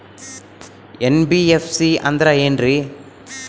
NBFC ಅಂದ್ರ ಏನ್ರೀ?